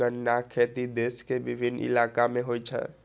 गन्नाक खेती देश के विभिन्न इलाका मे होइ छै